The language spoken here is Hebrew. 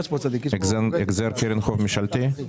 החזר קרן חוב ממשלתי?